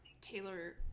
Taylor